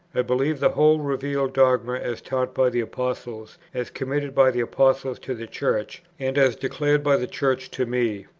i believe the whole revealed dogma as taught by the apostles, as committed by the apostles to the church and as declared by the church to me.